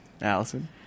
Allison